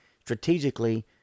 strategically